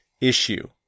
issue